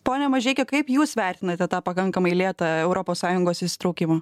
pone mažeiki kaip jūs vertinate tą pakankamai lėtą europos sąjungos įsitraukimą